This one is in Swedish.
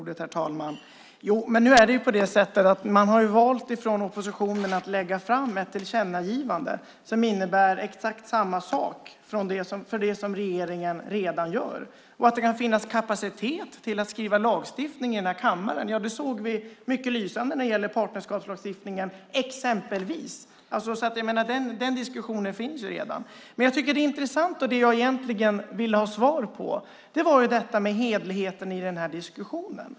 Herr talman! Men nu är det på det sättet att man från oppositionen har valt att lägga fram ett tillkännagivande som innebär exakt samma sak som det regeringen redan gör. Att det kan finnas kapacitet till att skriva lagstiftning i den här kammaren såg vi mycket lysande när det exempelvis gällde partnerskapslagstiftningen. Den diskussionen finns alltså redan. Men det jag tycker är intressant och som jag egentligen ville ha svar på var detta med hederligheten i diskussionen.